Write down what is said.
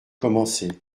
commencer